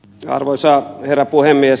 arvoisa herra puhemies